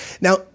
Now –